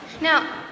Now